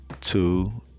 two